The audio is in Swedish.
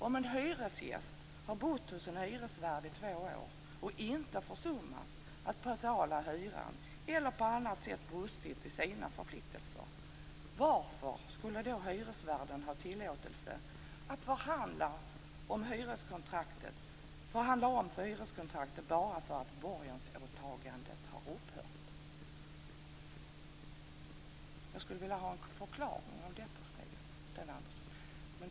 Om en hyresgäst har bott hos en hyresvärd i två år och inte försummat att betala hyran eller på annat sätt brustit i sina förpliktelser, varför skulle då hyresvärden ha tillåtelse att förhandla om hyreskontraktet bara för att borgensåtagandet har upphört? Jag skulle vilja ha en förklaring till detta, Sten Andersson.